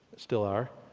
still are.